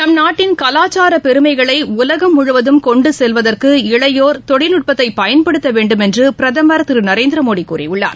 நம் நாட்டின் காவாச்சார பெருமைகளை உலகம் முழுவதும் கொண்டு செல்வதற்கு இளையோா் தொழில்நட்பத்தை பயன்படுத்த வேண்டுமென்றும் பிரதமர் திரு நரேந்திர மோடி கூறியுள்ளார்